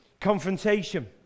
confrontation